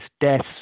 deaths